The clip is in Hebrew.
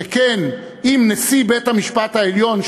שכן אם נשיא בית-המשפט העליון,